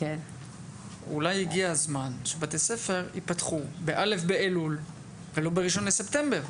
אולי הגיע הזמן שבתי ספר יפתחו ב-א' באלול ולא ב-1 בספטמבר,